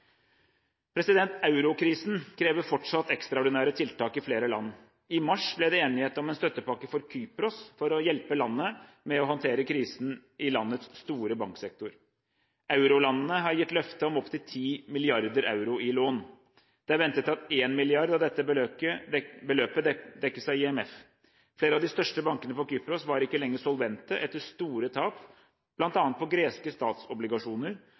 markeder. Eurokrisen krever fortsatt ekstraordinære tiltak i flere land. I mars ble det enighet om en støttepakke for Kypros for å hjelpe landet med å håndtere krisen i landets store banksektor. Eurolandene har gitt løfte om opptil 10 mrd. euro i lån. Det er ventet at én milliard av dette beløpet dekkes av IMF. Flere av de største bankene på Kypros var ikke lenger solvente etter store tap bl.a. på greske statsobligasjoner